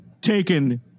taken